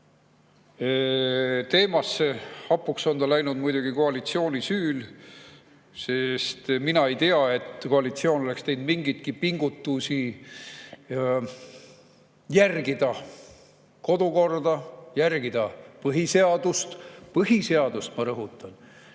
tooma]. Hapuks on ta läinud muidugi koalitsiooni süül, sest mina ei tea, et koalitsioon oleks teinud mingeidki pingutusi, et järgida kodukorda, järgida põhiseadust – põhiseadust, ma rõhutan